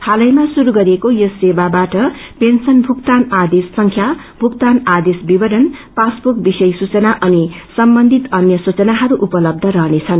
हालैमा शुरू गरिएको यस सेवावाठ पेन्सन भुक्तान आदेश संख्या भुक्तान आदेश विवरण पासबुक विषय सूचना अनि सम्बन्धित अन्य सूचनाहरू उपलब्ब रहनेछन्